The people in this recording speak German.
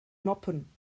noppen